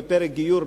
בפרק גיור,